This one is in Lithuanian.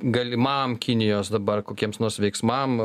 galimam kinijos dabar kokiems nors veiksmam